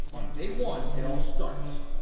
on day one, it all starts.